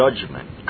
judgment